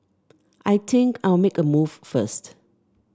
I think I'll make a move first